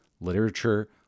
literature